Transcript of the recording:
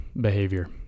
behavior